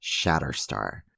Shatterstar